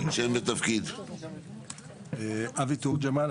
אבי תורג'מן,